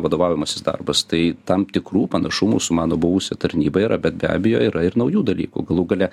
vadovaujamasis darbas tai tam tikrų panašumų su mano buvusia tarnyba yra bet be abejo yra ir naujų dalykų galų gale